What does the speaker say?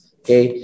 okay